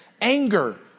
Anger